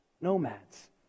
nomads